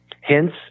Hence